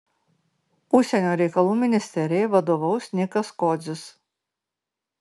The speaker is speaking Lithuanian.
užsienio reikalų ministerijai vadovaus nikas kodzis